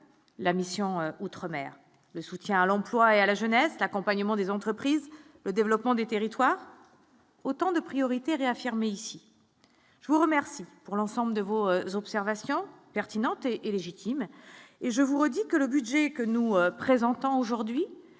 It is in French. la mission outre-mer, le soutien à l'emploi et à la jeunesse, l'accompagnement des entreprises, le développement des territoires. Autant de priorités réaffirmées ici, je vous remercie pour l'ensemble de vos observations pertinentes et légitime et je vous redis que le budget que nous présentons aujourd'hui